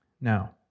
Now